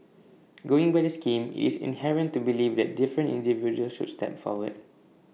going by the scheme IT is inherent to believe that different individuals should step forward